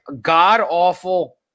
god-awful